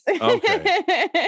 Okay